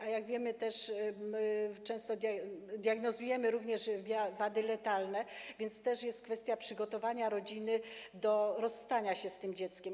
A jak wiemy, często diagnozujemy również wady letalne, więc też jest kwestia przygotowania rodziny do rozstania się z dzieckiem.